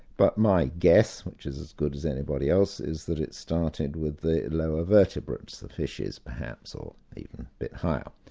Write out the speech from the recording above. but my guess, which is as good as anybody else's, is that it started with the lower vertebrates, the fishes perhaps, or even a bit higher.